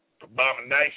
abomination